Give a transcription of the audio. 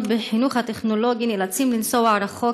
בחינוך הטכנולוגי נאלצים לנסוע רחוק,